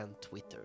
Twitter